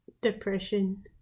depression